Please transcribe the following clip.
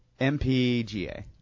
MPGA